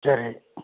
சரி